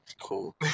cool